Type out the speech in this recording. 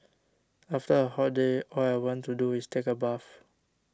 after a hot day all I want to do is take a bath